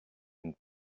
une